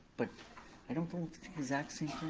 but i don't exact same